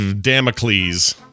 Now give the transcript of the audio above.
damocles